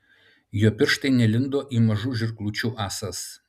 jo pirštai nelindo į mažų žirklučių ąsas